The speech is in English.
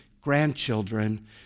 grandchildren